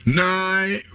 nine